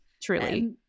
truly